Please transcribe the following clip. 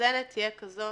מאוזנת תהיה כזו